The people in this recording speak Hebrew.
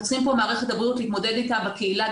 צריכים פה במערכת הבריאות להתמודד איתם בקהילה,